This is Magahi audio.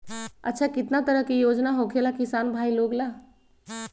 अच्छा कितना तरह के योजना होखेला किसान भाई लोग ला?